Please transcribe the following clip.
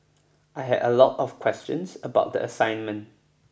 I had a lot of questions about the assignment